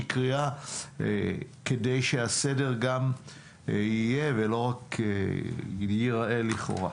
קריאה כדי שהסדר גם יהיה ולא רק ייראה לכאורה.